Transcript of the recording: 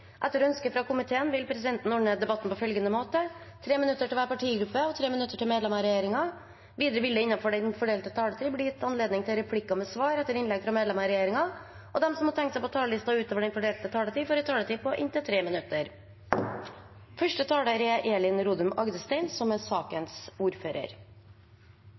Etter ønske fra finanskomiteen vil presidenten ordne debatten på følgende måte: 3 minutter til hver partigruppe og 3 minutter til medlemmer av regjeringen. Videre vil det – innenfor den fordelte taletid – bli gitt anledning til replikker med svar etter innlegg fra medlemmer av regjeringen, og de som måtte tegne seg på talerlisten utover den fordelte taletid, får også en taletid på inntil 3 minutter.